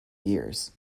years